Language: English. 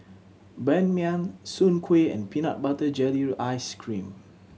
Ban Mian Soon Kueh and peanut butter jelly ice cream